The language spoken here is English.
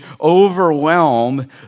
overwhelm